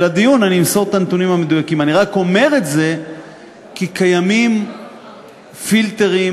אין רוב לקואליציה, הסעיף